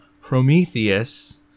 Prometheus